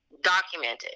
documented